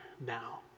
now